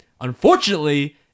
unfortunately